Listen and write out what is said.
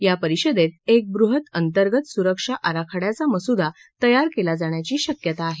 या परिषदेत एक ब्रृहत अंतर्गत सुरक्षा आराखड्याचा मसुदा तयार केला जाण्याची शक्यता आहे